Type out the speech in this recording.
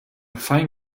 fein